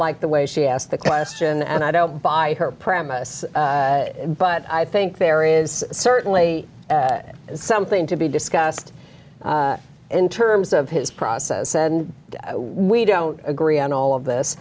like the way she asked the question and i don't buy her premise but i think there is certainly something to be discussed in terms of his process and we don't agree on all of this